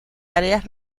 áreas